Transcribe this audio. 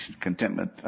contentment